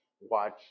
watch